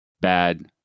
bad